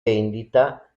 vendita